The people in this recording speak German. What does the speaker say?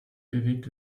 bewegt